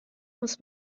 muss